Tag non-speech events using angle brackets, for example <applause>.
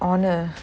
honour <laughs>